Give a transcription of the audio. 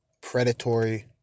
predatory